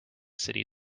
city